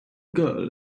girl